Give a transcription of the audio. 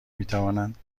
میتوانند